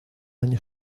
año